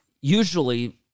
usually